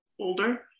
older